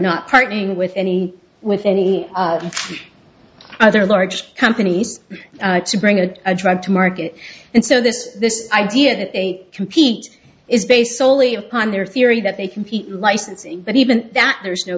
not partnering with any with any other large companies to bring a drug to market and so this this idea that they compete is based solely upon their theory that they compete licensing but even that there's no